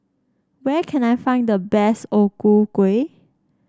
where can I find the best O Ku Kueh